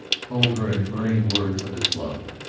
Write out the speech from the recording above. told her in burning words of his love.